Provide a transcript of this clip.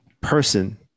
person